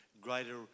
greater